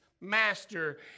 master